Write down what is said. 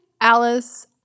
Alice